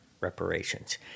reparations